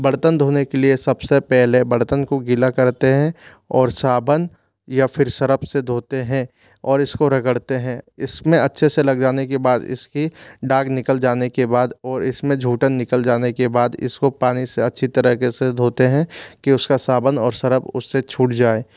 बर्तन धोने के लिए सबसे पहले बर्तन को गीला करते हैं और साबुन या फिर सरफ से धोते हैं और इसको रगड़ते हैं इसमें अच्छे से लग जाने के बाद इसकी दाग निकल जाने के बाद ओर इसमें झूठन निकल जाने के बाद इसको पानी से अच्छी तरेके से धोते हैं कि उसका साबुन और सरफ उससे छूट जाएं